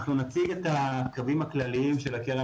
אנחנו נציג את הקווים הכלליים של הקרן